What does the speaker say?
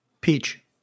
Peach